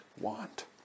want